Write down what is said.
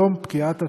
יום פקיעת התקנות.